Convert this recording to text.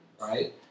Right